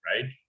right